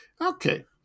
Okay